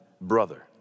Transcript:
brother